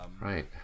Right